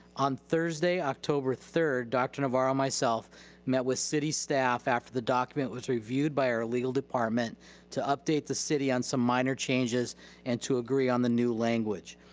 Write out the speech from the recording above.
on thursday, october third, dr. navarro, myself met with city staff after the document was reviewed by our legal department to update the city on some minor changes and to agree on the new language.